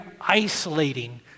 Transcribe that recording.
isolating